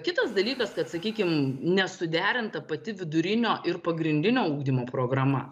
kitas dalykas kad sakykim nesuderinta pati vidurinio ir pagrindinio ugdymo programa